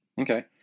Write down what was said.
okay